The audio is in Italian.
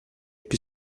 più